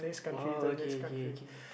!wow! okay okay okay